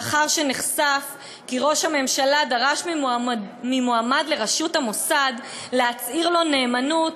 לאחר שנחשף כי ראש ממשלה דרש ממועמד לראשות המוסד להצהיר לו נאמנות,